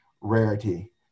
rarity